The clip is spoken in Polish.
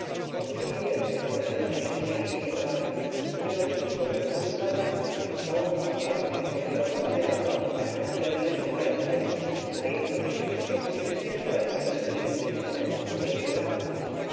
powtórzyli wiernie każdy swoje z czego wynikło że phut harrańczyk przez całą noc bawił pod zieloną gwiazdą ani na chwilę nie opuszczając jej a jednocześnie że późnym wieczorem szedł do świątyni seta z której nie wracał